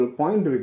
point